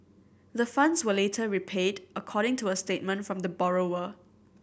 the funds were later repaid according to a statement from the borrower